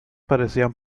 parecían